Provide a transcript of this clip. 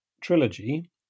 trilogy